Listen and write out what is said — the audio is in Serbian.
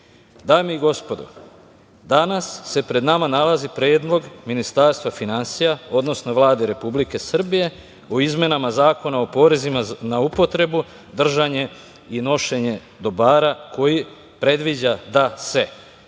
i gospodo, danas se pred nama nalazi predlog Ministarstva finansija, odnosno Vlade Republike Srbije o izmenama Zakona o porezima na upotrebu, držanje i nošenje dobara koji predviđa da se